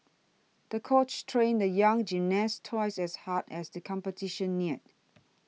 the coach trained the young gymnast twice as hard as the competition neared